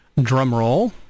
drumroll